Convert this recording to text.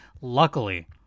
luckily